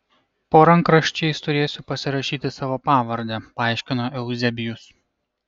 po rankraščiais turėsiu pasirašyti savo pavardę paaiškino euzebijus